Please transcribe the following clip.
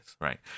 right